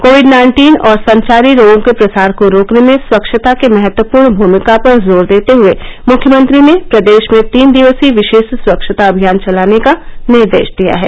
Covid nineteen और संचारी रोगों के प्रसार को रोकने में स्वच्छता की महत्वपूर्ण भूमिका पर जोर देते हुए मुख्यमंत्री ने प्रदेश में तीन दिवसीय विशेष स्वच्छता अभियान चलाने का निर्देश दिया है